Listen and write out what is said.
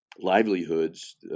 livelihoods